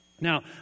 Now